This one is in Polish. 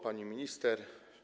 Pani Minister!